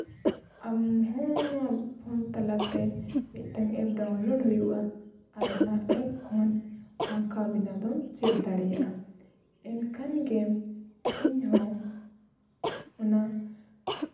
ᱟᱢ ᱦᱚᱸ ᱱᱚᱣᱟ ᱯᱷᱳᱱ ᱛᱟᱞᱟ ᱛᱮ ᱢᱤᱫᱴᱟᱝ ᱮᱯ ᱰᱟᱣᱩᱱᱞᱳᱰ ᱦᱩᱭᱩᱜᱼᱟ ᱟᱨ ᱚᱱᱟ ᱮᱯ ᱠᱷᱚᱱ ᱟᱸᱠᱟᱣ ᱵᱮᱱᱟᱣ ᱫᱚᱢ ᱪᱮᱫ ᱫᱟᱲᱮᱭᱟᱜᱼᱟ ᱮᱱᱠᱷᱟᱱ ᱜᱮ ᱤᱧ ᱦᱚᱸ ᱚᱱᱟ